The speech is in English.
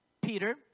Peter